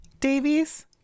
Davies